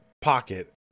pocket